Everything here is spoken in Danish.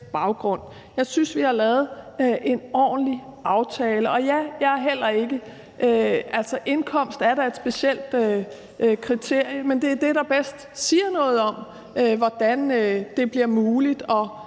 Jeg synes, vi har lavet en ordentlig aftale, og ja, indkomst er da et specielt kriterie, men det er det, der bedst siger noget om, hvordan det bliver muligt at